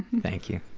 thank you.